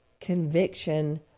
conviction